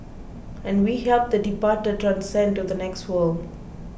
and we help the departed transcend to the next world